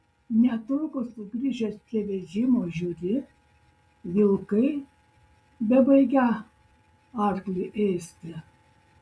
netrukus sugrįžęs prie vežimo žiūri vilkai bebaigią arklį ėsti